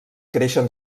creixen